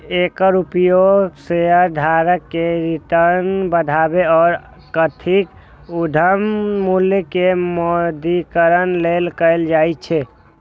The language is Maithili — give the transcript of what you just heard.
एकर उपयोग शेयरधारक के रिटर्न बढ़ाबै आ कथित उद्यम मूल्य के मौद्रीकरण लेल कैल जाइ छै